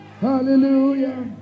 Hallelujah